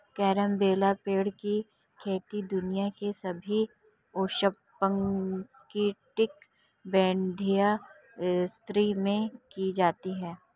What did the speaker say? carambola पेड़ की खेती दुनिया के सभी उष्णकटिबंधीय क्षेत्रों में की जाती है